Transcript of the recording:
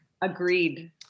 Agreed